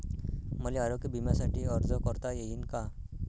मले आरोग्य बिम्यासाठी अर्ज करता येईन का?